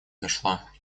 дошло